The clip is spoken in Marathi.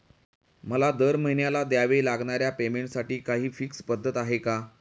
मला दरमहिन्याला द्यावे लागणाऱ्या पेमेंटसाठी काही फिक्स पद्धत आहे का?